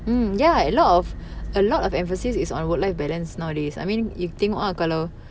mm ya a lot of a lot of emphasis is on work life balance nowadays ah I mean you tengok ah kalau